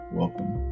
welcome